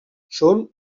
són